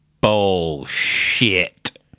bullshit